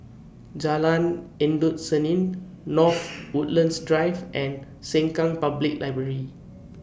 Jalan Endut Senin North Woodlands Drive and Sengkang Public Library